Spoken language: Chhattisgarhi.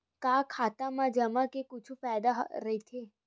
का खाता मा जमा के कुछु फ़ायदा राइथे?